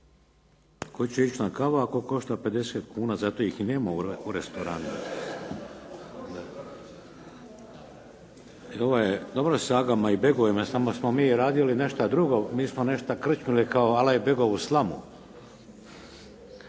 Tko će ići na kavu ako košta 50 kuna, zato ih i nema u restoranima. Dobro sa agama i begovima, samo smo mi radili nešto drugo, mi smo nešto krčmili kao alaj begovu slamu.